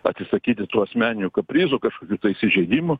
atsisakyti tų asmeninių kaprizų kažkokių įsižeidimų